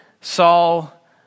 Saul